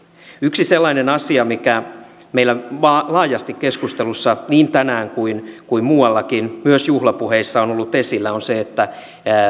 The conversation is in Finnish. yksi sellainen asia mikä meillä on laajasti keskustelussa niin tänään täällä kuin muuallakin myös juhlapuheissa on ollut esillä on